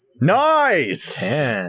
Nice